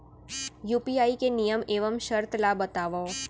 UPI के नियम एवं शर्त ला बतावव